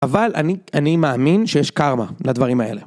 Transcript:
אבל אני, אני מאמין שיש קארמה לדברים האלה.